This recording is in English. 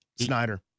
Snyder